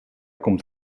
komt